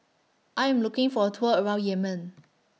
I Am looking For A Tour around Yemen